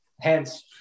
hence